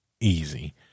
easy